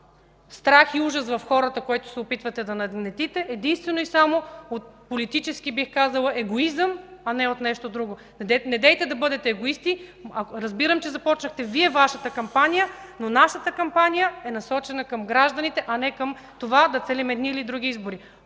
страх и ужас в хората – единствено и само от политически, бих казала, егоизъм, а не от нещо друго. Недейте да бъдете егоисти. Разбирам, че започнахте Вашата кампания, но нашата кампания е насочена към гражданите, а не към това да целим едни или други избори.